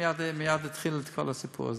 מייד התחיל כל הסיפור הזה.